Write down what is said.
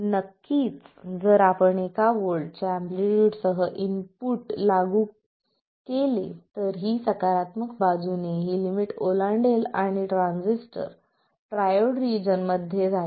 नक्कीच जर आपण एका व्होल्टच्या एम्पलीट्यूडसह इनपुट लागू केले तर ही सकारात्मक बाजूने ही लिमिट ओलांडेल आणि ट्रान्झिस्टर ट्रायोड रिजन मध्ये जाईल